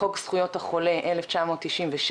בחוק זכויות החולה 1996,